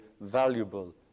valuable